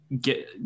get